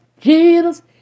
Jesus